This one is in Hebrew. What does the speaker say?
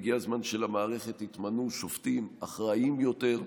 הגיע הזמן שלמערכת יתמנו שופטים אחראיים יותר,